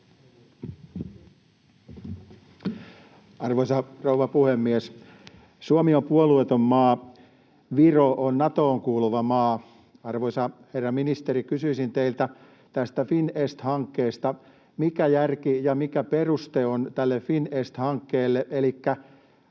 Arvoisa rouva puhemies! Suomi on puolueeton maa, Viro on Natoon kuuluva maa. Arvoisa herra ministeri, kysyisin teiltä tästä FinEst-hankkeesta: Mikä järki ja mikä peruste on tälle FinEst-hankkeelle?